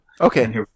Okay